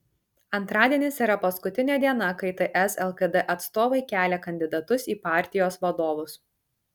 antradienis yra paskutinė diena kai ts lkd atstovai kelia kandidatus į partijos vadovus